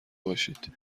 باشید